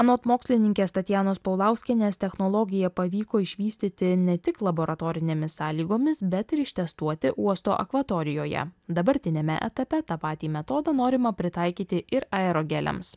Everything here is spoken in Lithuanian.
anot mokslininkės tatjanos paulauskienės technologiją pavyko išvystyti ne tik laboratorinėmis sąlygomis bet ir ištestuoti uosto akvatorijoje dabartiniame etape tą patį metodą norima pritaikyti ir aerogeliams